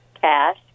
cash